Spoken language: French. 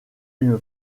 une